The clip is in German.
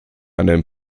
einem